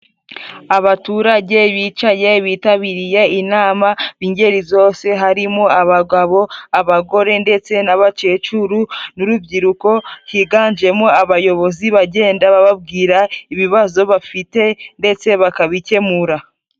Abaturage bicaye bitabiriye inama b'ingeri zose. Harimo: abagabo, abagore ndetse n'abacecuru, n'urubyiruko. Higanjemo abayobozi, bagenda bababwira ibibazo bafite ndetse bakabikemura.